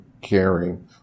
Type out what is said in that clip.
caring